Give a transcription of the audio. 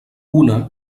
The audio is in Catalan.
una